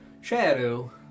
shadow